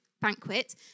banquet